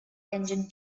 engine